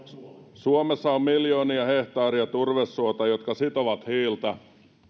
suomessa on miljoonia hehtaareja turvesoita jotka sitovat hiiltä